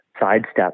sidestep